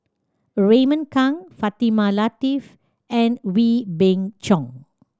Raymond Kang Fatimah Lateef and Wee Beng Chong